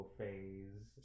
phase